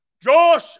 Josh